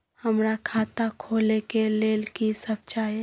हमरा खाता खोले के लेल की सब चाही?